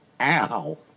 Ow